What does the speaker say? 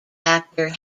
actor